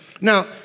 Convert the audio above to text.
Now